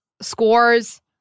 Scores